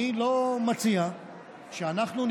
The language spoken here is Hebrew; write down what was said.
אני לא מציע שאנחנו,